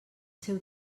seu